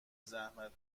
زحمت